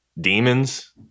Demons